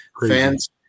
fans